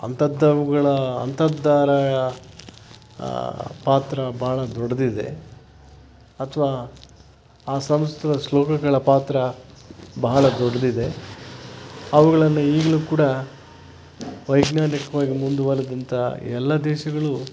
ಅಂತಂಥವುಗಳ ಅಂತರ್ಧಾರೆಯ ಪಾತ್ರ ಬಹಳ ದೊಡ್ಡದಿದೆ ಅಥವಾ ಆ ಸಂಸ್ಕೃತ ಶ್ಲೋಕಗಳ ಪಾತ್ರ ಬಹಳ ದೊಡ್ಡದಿದೆ ಅವುಗಳನ್ನು ಈಗಲೂ ಕೂಡ ವೈಜ್ಞಾನಿಕವಾಗಿ ಮುಂದುವರೆದಂಥ ಎಲ್ಲ ದೇಶಗಳು